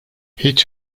hiç